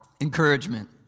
Encouragement